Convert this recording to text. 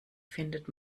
findet